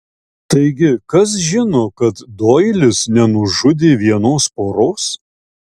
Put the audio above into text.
taigi kas žino kad doilis nenužudė vienos poros